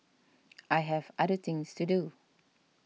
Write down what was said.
I have other things to do